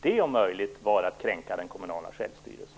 Det om möjligt var att kränka den kommunala självstyrelsen.